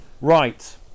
right